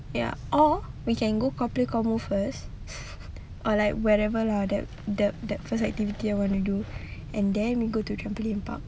ya or we can go cow play cow moo first or wherever lah that first activity that we do and then we go trampoline park